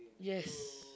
yes